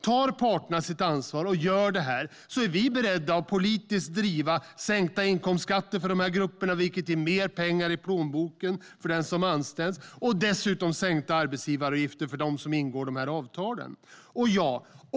Tar parterna sitt ansvar och gör detta är vi beredda att politiskt driva sänkta inkomstskatter för dessa grupper, vilket ger mer pengar i plånboken för den som anställs, och dessutom sänkta arbetsgivaravgifter för dem som ingår dessa avtal.